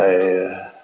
i